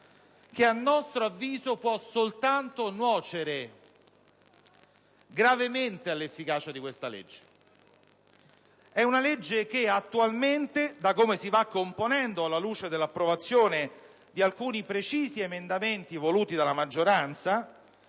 che, a nostro avviso, può soltanto nuocere gravemente all'efficacia di questa legge. È una legge che attualmente, da come si va componendo alla luce dell'approvazione di alcuni precisi emendamenti voluti dalla maggioranza,